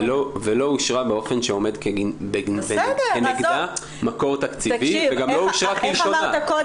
ולא אושרה באופן שעומד ב- - -נקבע מקור תקציבי וגם לא אושרה כלשונה,